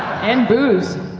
and booze.